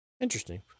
interesting